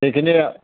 সেইখিনি